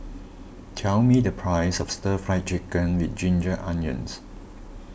tell me the price of Stir Fried Chicken with Ginger Onions